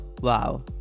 Wow